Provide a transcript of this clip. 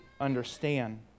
understand